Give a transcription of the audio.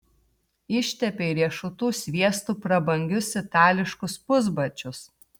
ištepei riešutų sviestu prabangius itališkus pusbačius